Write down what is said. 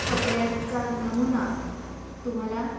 कपड्याचा नमूना तुम्हाला